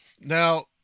Now